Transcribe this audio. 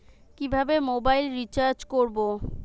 কিভাবে mobile recharge করব?